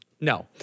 No